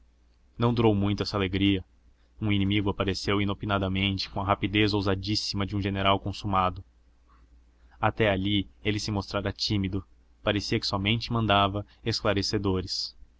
não durou muito essa alegria um inimigo apareceu inopinadamente com a rapidez ousadíssima de um general consumado até ali ele se mostrara tímido parecia que somente mandava esclarecedores